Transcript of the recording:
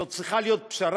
זו צריכה להיות פשרה,